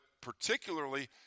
particularly